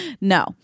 no